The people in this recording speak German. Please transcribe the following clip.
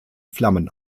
flammen